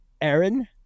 Aaron